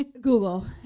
Google